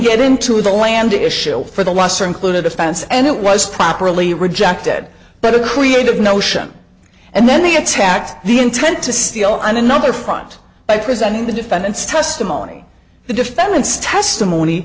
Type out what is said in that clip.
get into the land issue for the lesser included offense and it was properly rejected but a creative notion and then they attacked the intent to steal another front by presenting the defendant's testimony the defendant's testimony